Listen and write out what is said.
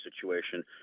situation